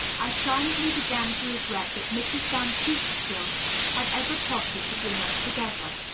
i silently began to regret that mrs. van peekskill had ever plotted to bring us together.